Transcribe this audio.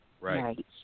Right